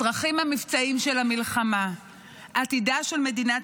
הצרכים המבצעיים של המלחמה ועתידה של מדינת